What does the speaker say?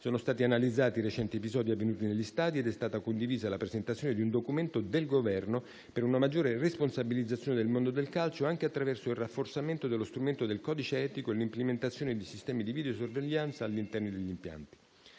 sono stati analizzati i recenti episodi avvenuti negli stadi ed è stata condivisa la presentazione di un documento del Governo per una maggiore responsabilizzazione del mondo del calcio anche attraverso il rafforzamento dello strumento del codice etico e l'implementazione di sistemi di videosorveglianza all'interno degli impianti.